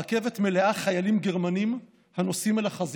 הרכבת מלאה חיילים גרמנים הנוסעים אל החזית,